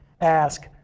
Ask